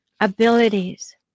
abilities